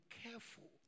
careful